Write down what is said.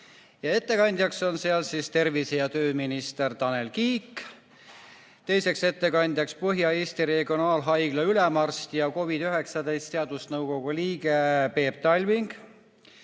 Ettekandjaks on seal tervise- ja tööminister Tanel Kiik, teiseks ettekandjaks on Põhja-Eesti Regionaalhaigla ülemarst ja COVID-19 teadusnõukogu liige Peep Talving,